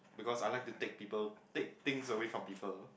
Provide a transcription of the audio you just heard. because I like to take people take things away from people